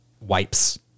Wipes